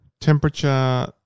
Temperature